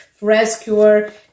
Rescuer